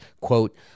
quote